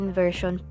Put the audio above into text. version